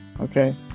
Okay